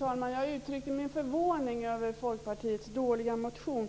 Fru talman! Jag uttryckte min förvåning över Folkpartiets dåliga motion.